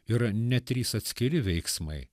yra ne trys atskiri veiksmai